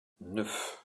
neuf